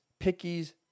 pickies